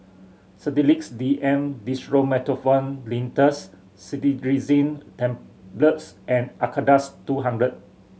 Sedilix D M Dextromethorphan Linctus Cetirizine Tablets and Acardust two hundred